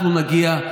אנחנו נגיע,